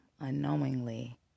unknowingly